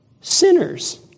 Sinners